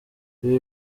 ibi